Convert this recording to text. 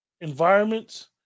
environments